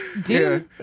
dude